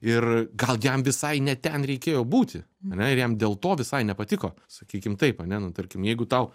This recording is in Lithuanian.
ir gal jam visai ne ten reikėjo būti ane ir jam dėl to visai nepatiko sakykim taip ane nu tarkim jeigu tau